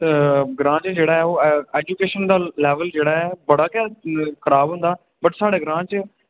ग्रां च जेह्ड़ा ऐ ओह् ऐजूकेशन दा लेवल जेह्ड़ा ऐ बड़ा गै खराब होंदा बट साढ़े ग्रां च